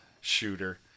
Shooter